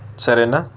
సరేనా